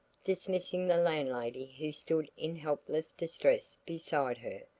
dismissing the landlady who stood in helpless distress beside her,